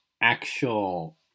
actual